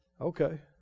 Okay